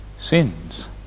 sins